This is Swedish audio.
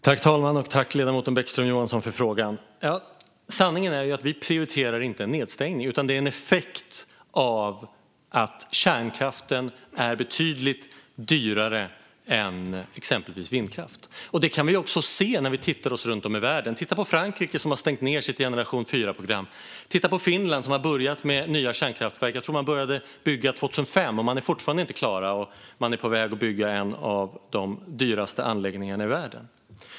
Fru talman! Jag tackar ledamoten Bäckström Johansson för frågan. Sanningen är att vi inte prioriterar nedstängning. Detta är i stället en effekt av att kärnkraften är betydligt dyrare än exempelvis vindkraft. Det kan vi också se när vi tittar oss runt om i världen. Titta på Frankrike, som har stängt ned sitt generation IV-program! Titta på Finland, som har börjat med nya kärnkraftverk! Jag tror att man började bygga 2005, och man är fortfarande inte klar. Man är på väg att bygga en av de dyraste anläggningarna i världen.